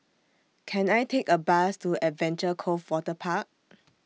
Can I Take A Bus to Adventure Cove Waterpark